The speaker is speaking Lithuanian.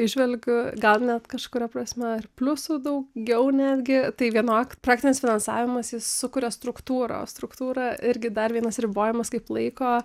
įžvelgiu gal net kažkuria prasme ir pliusų daugiau netgi tai vienok praktinis finansavimas jis sukuria struktūrą o struktūra irgi dar vienas ribojamas kaip laiko